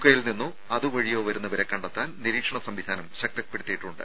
കെയിൽ നിന്നോ അതുവഴിയോ വരുന്നവരെ കണ്ടെത്താൻ നിരീക്ഷണ സംവിധാനം ശക്തിപ്പെടുത്തിയിട്ടുണ്ട്